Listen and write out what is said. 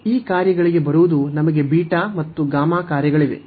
ಈ ಕಾರ್ಯಗಳಿಗೆ ಬರುವುದು ನಮಗೆ ಬೀಟಾ ಮತ್ತು ಗಾಮಾ ಕಾರ್ಯಗಳಿವೆ